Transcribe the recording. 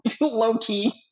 low-key